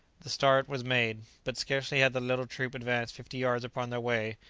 the start was made. but scarcely had the little troop advanced fifty yards upon their way,